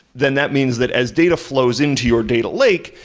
then that means that as data flows into your data lake,